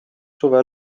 suve